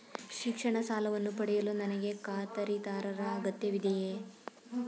ಶಿಕ್ಷಣ ಸಾಲವನ್ನು ಪಡೆಯಲು ನನಗೆ ಖಾತರಿದಾರರ ಅಗತ್ಯವಿದೆಯೇ?